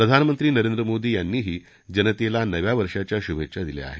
प्रधानमंत्री नरेंद्र मोदी यांनीही जनतेला नव्या वर्षाच्या शुभेच्छा दिल्या आहेत